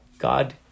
God